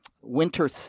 winter